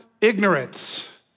ignorance